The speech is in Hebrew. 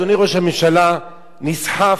אדוני ראש הממשלה נסחף,